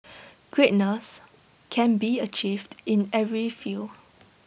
greatness can be achieved in every field